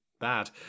bad